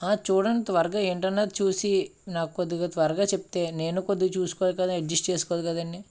ఆ చూడండి త్వరగా ఏంటన్నది చూసి నాకు కొద్దిగా త్వరగా చెప్తే నేను కొద్దిగా చూసుకోవాలి కదా అడ్జస్ట్ చేసుకోవాలి కదండీ